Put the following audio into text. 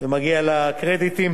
ומגיעים לה קרדיטים